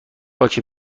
باک